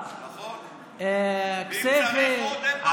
חורה, כסייפה, נכון, ואם צריך עוד, אין בעיה.